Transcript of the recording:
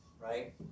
right